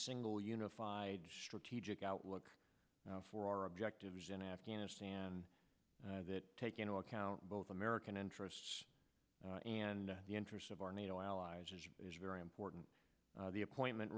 single unified strategic outlook for our objectives in afghanistan that take into account both american interests and the interests of our nato allies is is very important the appointment